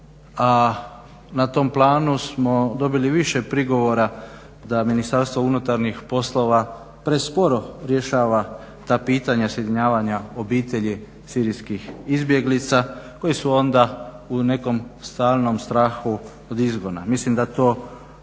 A na tom planu smo dobili i više prigovora da Ministarstvo unutarnjih poslova presporo rješava ta pitanja sjedinjavanja obitelji Sirijskih izbjeglica koji su onda u nekom stalnom strahu od izgona. Mislim da to,